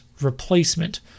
replacement